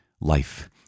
life